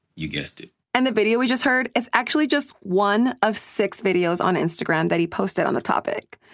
you guessed it and the video we just heard is actually just one of six videos on instagram that he posted on the topic.